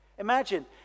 Imagine